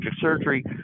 surgery